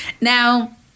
Now